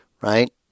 right